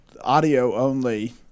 audio-only